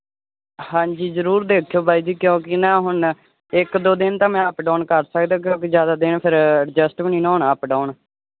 ਹਾਂਜੀ ਜ਼ਰੂਰ ਦੇਖਿਓ ਬਾਈ ਜੀ ਕਿਉਂਕਿ ਨਾ ਹੁਣ ਇੱਕ ਦੋ ਦਿਨ ਤਾਂ ਮੈਂ ਅਪ ਡਾਊਨ ਸਕਦਾ ਕਿਉਂਕਿ ਜ਼ਿਆਦਾ ਦਿਨ ਫਿਰ ਐਡਜਸਟ ਵੀ ਨਾ ਹੋਣਾ ਅਪ ਡਾਊਨ